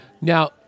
Now